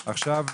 רבה.